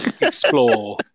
explore